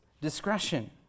discretion